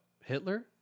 Hitler